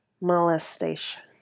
molestation